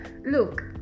Look